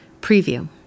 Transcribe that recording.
preview